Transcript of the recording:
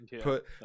put